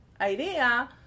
idea